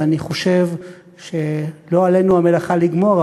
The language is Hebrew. ואני חושב שלא עלינו המלאכה לגמור,